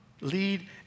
lead